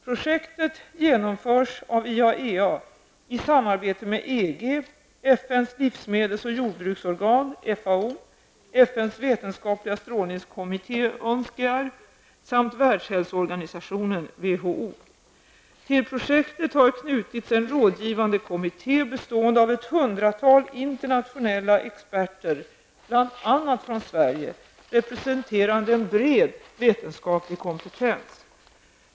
Projektet genomförs av IAEA i samarbete med EG, FNs livsmedels och jordbruksorgan, FAO, FNs vetenskapliga strålningskommitté, UNSCEAR, samt världshälsoorganisationen, WHO. Till projektet har knutits en rådgivande kommitté bestående av ett hundratal internationella experter, bl.a. från Sverige, representerande en bred vetenskaplig kompetens.